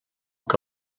que